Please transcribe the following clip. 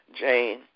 Jane